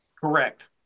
Correct